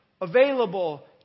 available